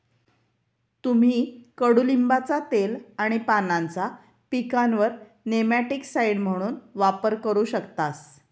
तुम्ही कडुलिंबाचा तेल आणि पानांचा पिकांवर नेमॅटिकसाइड म्हणून वापर करू शकतास